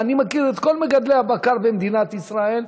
ואני מכיר את כל מגדלי הבקר במדינת ישראל,